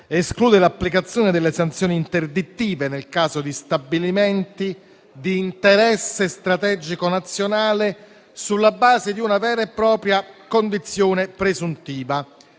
esclude l'applicazione delle sanzioni interdittive nel caso di stabilimenti di interesse strategico nazionale sulla base di una vera e propria condizione presuntiva,